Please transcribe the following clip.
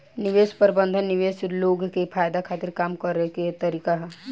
निवेश प्रबंधन निवेशक लोग के फायदा खातिर काम करे के तरीका ह